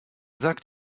sagt